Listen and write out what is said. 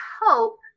hope